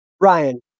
Ryan